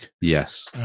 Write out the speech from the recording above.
yes